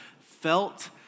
felt